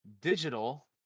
Digital